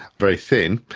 very thin,